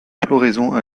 floraison